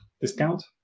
discount